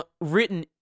written